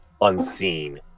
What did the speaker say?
unseen